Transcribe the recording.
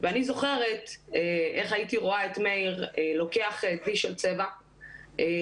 ואני זוכרת איך הייתי רואה את מאיר לוקח דלי של צבע והולך